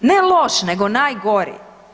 Ne loš, nego najgori.